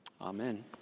Amen